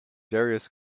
darius